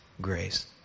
grace